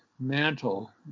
mantle